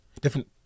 different